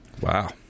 wow